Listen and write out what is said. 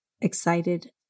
excited